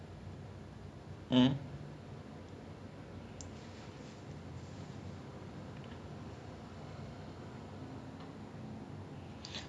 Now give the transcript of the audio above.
ever since I saw that movie I've been following him I have I have also seen his there will be blood I have seen err a lot of his movies ah he's a really good actor